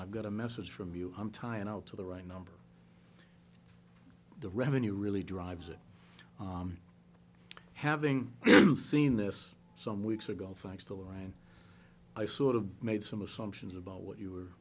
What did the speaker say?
i've got a message from you i'm tired i'll to the right number the revenue really drives it having seen this some weeks ago frank still around i sort of made some assumptions about what you were